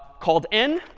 called n,